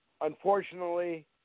unfortunately